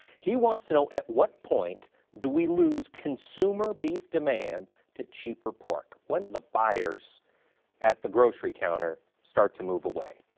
he wants to know, at what point do we lose consumer beef demand to cheaper pork? when do the buyers at the grocery counter start to move away?